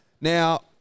Now